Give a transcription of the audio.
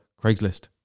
Craigslist